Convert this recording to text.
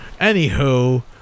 Anywho